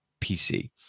PC